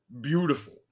beautiful